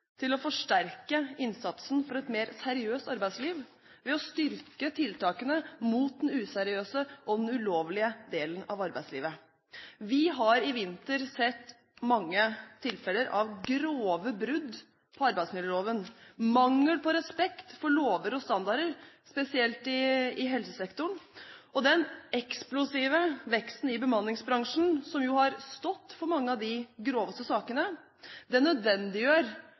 til å forsterke innsatsen for et mer seriøst arbeidsliv ved å styrke tiltakene mot den useriøse og ulovlige delen av arbeidslivet. Vi har i vinter sett mange tilfeller av grove brudd på arbeidsmiljøloven. Mangel på respekt for lover og standarder, spesielt i helsesektoren, og den eksplosive veksten i bemanningsbransjen, som jo har stått for mange av de groveste sakene, nødvendiggjør